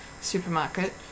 supermarket